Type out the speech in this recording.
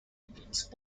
against